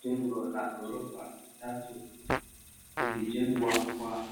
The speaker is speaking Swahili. Jengo la ghorofa tatu. Lilijengwa kwa